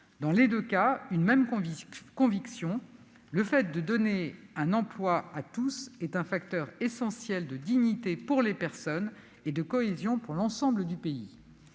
dans les deux cas, une même conviction : le fait de donner un emploi à tous est un facteur essentiel de dignité pour les personnes et de cohésion pour l'ensemble de notre